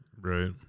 Right